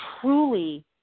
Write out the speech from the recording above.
truly